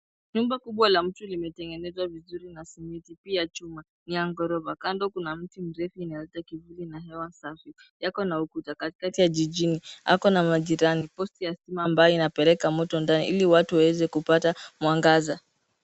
Nyumba kubwa la mtu limetengenezwa vizuri na simiti mpya ya chuma, ni ya ghorofa. Kando kuna miti mirefu inayoleta kivuli na hewa safi. Yako na ukuta katikati jijini, ako na majirani. Posta ambayo inapeleka moto ndani ili watu waweze kupata mwangaza.